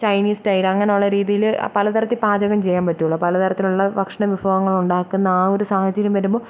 Chinese style അങ്ങനെയുള്ള രീത്യിൽ പല തരത്തിൽ പാചകം ചെയ്യാൻ പറ്റുകയുള്ളൂ പല തരത്തിലുള്ള ഭക്ഷണ വിഭവങ്ങൾ ഉണ്ടാക്കുന്ന ആ ഒരു സാഹചര്യം വരുമ്പോൾ